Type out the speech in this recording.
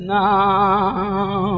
now